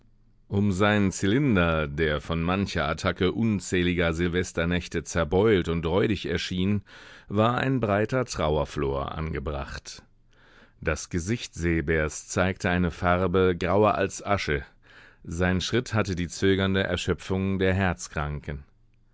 um seinen zylinder der von mancher attacke unzähliger sylvesternächte zerbeult und räudig erschien war ein breiter trauerflor angebracht das gesicht seebärs zeigte eine farbe grauer als asche sein schritt hatte die zögernde erschöpfung der